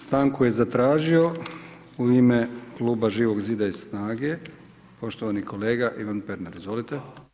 Stanku je zatražio u ime kluba Živog zida i SNAGA-e poštovani kolega Ivan Pernar, izvolite.